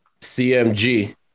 CMG